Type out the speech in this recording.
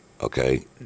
Okay